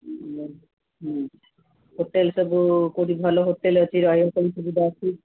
ହୁଁ ହୋଟେଲ୍ ସବୁ କୋଉଠି ଭଲ ହୋଟେଲ୍ ଅଛି ରହିବା ପାଇଁ ସୁବିଧା ଅଛି